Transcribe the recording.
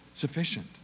sufficient